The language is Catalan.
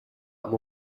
amb